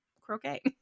croquet